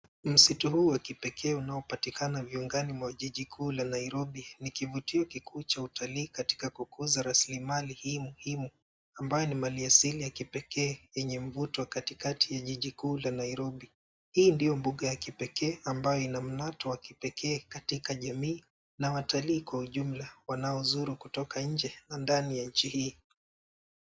Msitu huu wa kipekee unaopatikana vyungani mwa jiji kuu la Nairobi. Ni kivutio kikuu cha utalii katika kukuza rasilimali hii muhimu. Ambayo ni maliasili ya kipekee yenye mvuto katikati ya jiji kuu la Nairobi. Hii ndio mbuga ya kipekee ambayo ina mnato wa kipekee katika jamii na watalii kwa ujumla wanaozuru kutoka nje na ndani ya nchi hii.